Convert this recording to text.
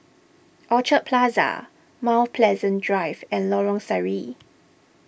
Orchard Plaza Mount Pleasant Drive and Lorong Sari